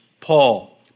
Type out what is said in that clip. Paul